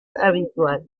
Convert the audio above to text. habitual